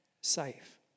safe